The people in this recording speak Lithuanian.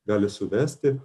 gali suvesti